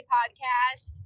Podcast